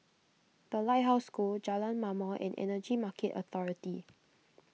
the Lighthouse School Jalan Ma'mor and Energy Market Authority